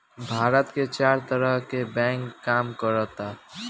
भारत में चार तरह के बैंक काम करऽता